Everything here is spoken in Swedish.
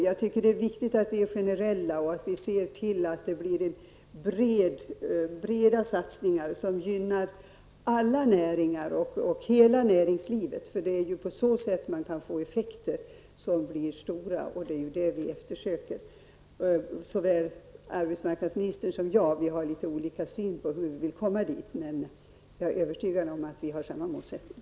Jag tycker att det är viktigt att vi är generella och ser till att det blir breda satsningar som gynnar alla näringar och hela näringslivet -- det är ju på så sätt man kan få till stånd effekter som blir stora, och det är det som både arbetsmarknadsministern och jag eftersträvar, låt vara att vi har litet olika syn på hur vi skall komma dit -- jag är övertygad om att vi har samma målsättning.